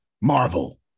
Marvel